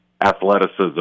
athleticism